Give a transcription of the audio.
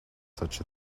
such